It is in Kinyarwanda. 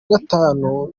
gatanu